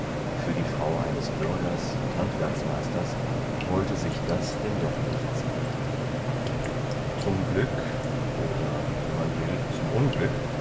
für die frau eines bürgers und handwerksmeisters wollte sich das denn doch nicht ziemen zum glück oder wie man will zum unglück